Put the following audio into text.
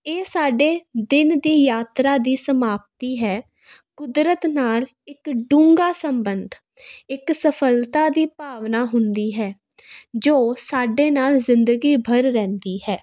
ਇਹ ਸਾਡੇ ਦਿਨ ਦੀ ਯਾਤਰਾ ਦੀ ਸਮਾਪਤੀ ਹੈ ਕੁਦਰਤ ਨਾਲ ਇੱਕ ਡੂੰਘਾ ਸੰਬੰਧ ਇੱਕ ਸਫਲਤਾ ਦੀ ਭਾਵਨਾ ਹੁੰਦੀ ਹੈ ਜੋ ਸਾਡੇ ਨਾਲ ਜ਼ਿੰਦਗੀ ਭਰ ਰਹਿੰਦੀ ਹੈ